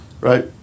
right